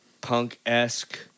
punk-esque